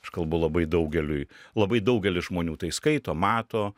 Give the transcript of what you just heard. aš kalbu labai daugeliui labai daugelis žmonių tai skaito mato